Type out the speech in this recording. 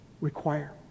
require